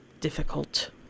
difficult